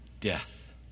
death